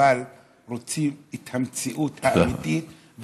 אבל רוצים את המציאות האמיתית,